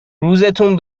روزتون